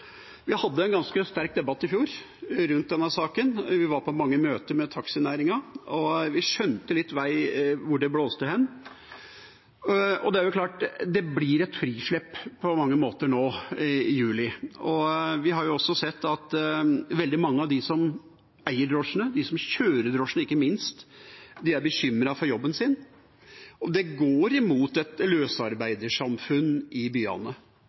Vi hadde en ganske sterk debatt i fjor rundt denne saken. Vi var på mange møter med taxinæringen, og vi skjønte hvor hen det blåste. Det er klart at det på mange måter blir et frislipp nå i juli, og vi har jo sett at veldig mange av dem som eier drosjene, og ikke minst dem som kjører drosjene, er bekymret for jobben sin. Det går mot et løsarbeidersamfunn i byene.